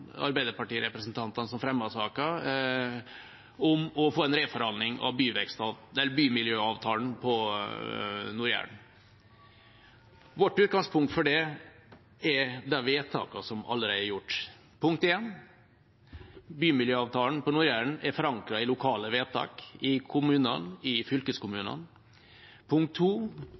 som fremmet saken, om å få en reforhandling av bymiljøavtalen på Nord-Jæren. Vårt utgangspunkt for det er de vedtakene som allerede er gjort: Bymiljøavtalen på Nord-Jæren er forankret i lokale vedtak i kommunene, i fylkeskommunene.